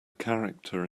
character